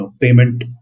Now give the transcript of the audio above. payment